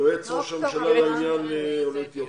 אני יועץ ראש הממשלה לענייני עולי אתיופיה.